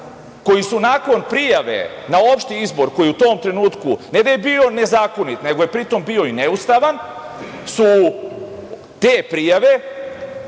koji su nakon prijave na opšti izbor, koji je u tom trenutku, ne da je bio nezakonit, nego je pritom bio i neustavan, su te prijave